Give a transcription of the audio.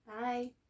Bye